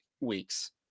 weeks